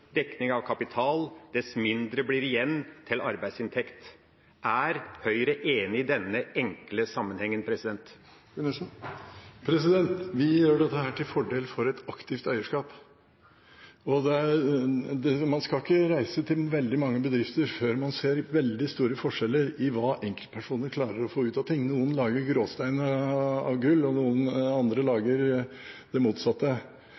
dekning av kapital, dess mindre blir igjen til arbeidsinntekt – er Høyre enig i denne enkle sammenhengen? Vi gjør dette til fordel for et aktivt eierskap, og man skal ikke reise til veldig mange bedrifter før man ser veldig store forskjeller på hva enkeltpersoner klarer å få ut av ting, noen lager gråstein av gull, og andre lager det motsatte.